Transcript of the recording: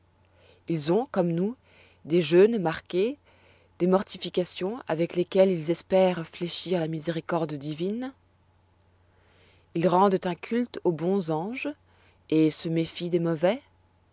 ils ont comme nous des jeûnes marqués des mortifications avec lesquelles ils espèrent fléchir la miséricorde divine ils rendent un culte aux bons anges et se méfient des mauvais